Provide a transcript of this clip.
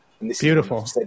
Beautiful